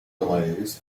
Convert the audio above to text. delays